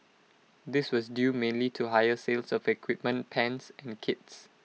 this was due mainly to higher sales of equipment pans and kits